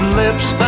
lips